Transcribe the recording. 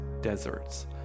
deserts